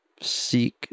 seek